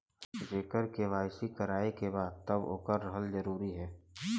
जेकर के.वाइ.सी करवाएं के बा तब ओकर रहल जरूरी हे?